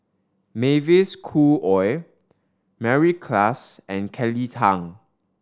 Mavis Khoo Oei Mary Klass and Kelly Tang